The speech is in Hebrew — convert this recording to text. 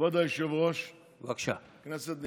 כבוד היושב-ראש, כנסת נכבדה,